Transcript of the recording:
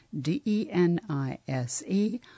D-E-N-I-S-E